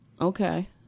Okay